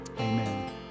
Amen